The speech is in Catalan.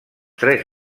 tres